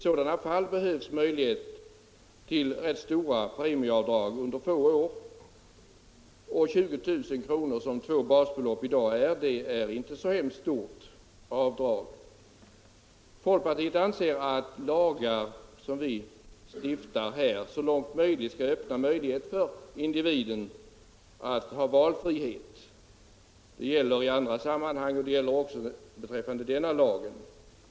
I sådana fall behövs möjlighet till rätt stora premieavdrag under få år. Och 20 000 kr., som två basbelopp innebär, är inte ett speciellt stort avdrag. Folkpartiet anser att lagar som vi stiftar här så långt möjligt skall ge individen valfrihet. Det gäller i andra sammanhang och också beträffande denna lag.